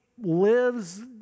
lives